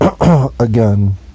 again